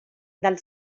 del